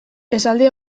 esaldi